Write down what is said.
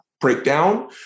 breakdown